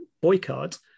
boycott